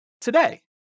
today